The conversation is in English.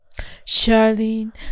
Charlene